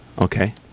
Okay